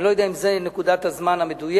אני לא יודע אם זו נקודת הזמן המדויקת,